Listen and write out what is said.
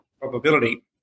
probability